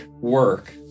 work